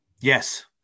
Yes